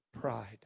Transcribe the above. Pride